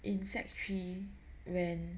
in sec three when